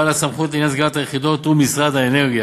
בעל הסמכות לעניין סגירת היחידות הוא משרד האנרגיה,